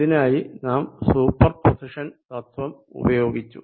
ഇതിനായി നാം സൂപ്പർപോസിഷൻ തത്വം ഉപയോഗിച്ചു